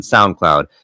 SoundCloud